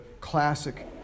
classic